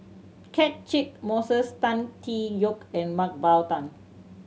Catchick Moses Tan Tee Yoke and Mah Bow Tan